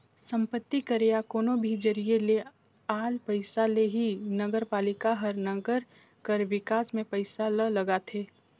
संपत्ति कर या कोनो भी जरिए ले आल पइसा ले ही नगरपालिका हर नंगर कर बिकास में पइसा ल लगाथे